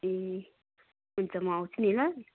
ए हुन्छ म आउँछु नि ल